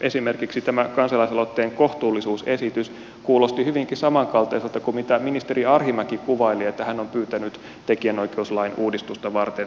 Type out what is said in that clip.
esimerkiksi tämä kansalaisaloitteen kohtuullisuusesitys kuulosti hyvinkin samankaltaiselta kuin mitä ministeri arhinmäki kuvaili että hän on pyytänyt tekijänoikeuslain uudistusta varten selvittämään